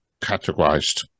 categorized